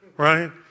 Right